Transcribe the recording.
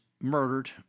murdered